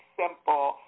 simple